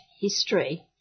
History